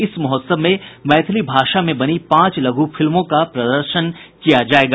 इस महोत्सव में मैथिली भाषा में बनी पांच लघु फिल्मों का प्रदर्शन किया जायेगा